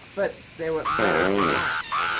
but they were letters from march.